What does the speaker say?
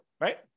right